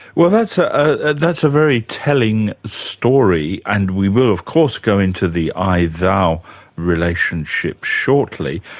well that's ah ah that's a very telling story, and we will of course go into the i-thou relationship shortly,